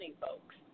folks